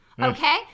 okay